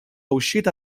uscita